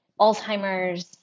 Alzheimer's